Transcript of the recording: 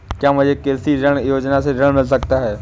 क्या मुझे कृषि ऋण योजना से ऋण मिल सकता है?